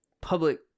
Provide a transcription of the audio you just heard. public